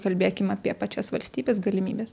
kalbėkim apie pačias valstybės galimybes